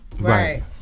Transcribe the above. Right